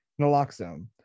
naloxone